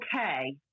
okay